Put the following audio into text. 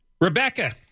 Rebecca